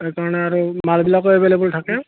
সেইকাৰণে আৰু মালবিলাকো এভেইলেবল থাকে